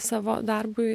savo darbui